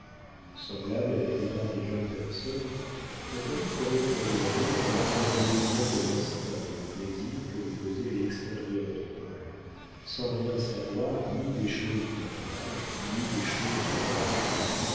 semblable à la plupart des jeunes personnes natalie prenait pour de l'amour les premiers mouvements de l'instinct et le plaisir que lui causait l'extérieur de paul sans rien savoir ni des choses du mariage ni des choses du ménage